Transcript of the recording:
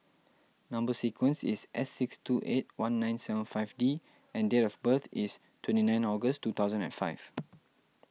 Number Sequence is S six two eight one nine seven five D and date of birth is twenty nine August two thousand and five